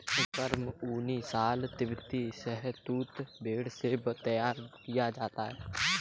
गर्म ऊनी शॉल तिब्बती शहतूश भेड़ से तैयार किया जाता है